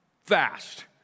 fast